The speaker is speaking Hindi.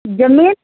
जमीन